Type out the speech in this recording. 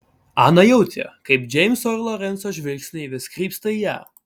ana jautė kaip džeimso ir lorenco žvilgsniai vis krypsta į ją